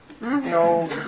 No